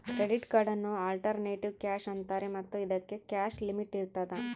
credit ಕಾರ್ಡನ್ನು alternative cash ಅಂತಾರೆ ಮತ್ತು ಇದಕ್ಕೆ ಕ್ಯಾಶ್ ಲಿಮಿಟ್ ಇರ್ತದ